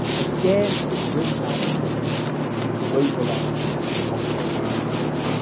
again, it brings out the difficulties of mobilizing the population for war.